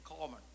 common